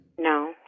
No